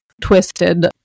twisted